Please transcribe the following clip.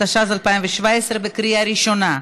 התשע"ז 2017, בקריאה ראשונה.